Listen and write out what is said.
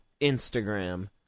Instagram